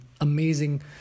amazing